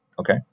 Okay